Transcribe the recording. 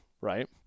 right